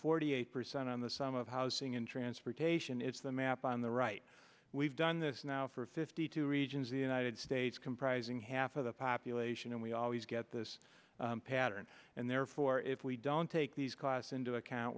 forty eight percent on the sum of housing and transportation it's the map on the right we've done this now for fifty two regions the united states comprising half of the population and we always get this pattern and therefore if we don't take these costs into account